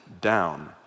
down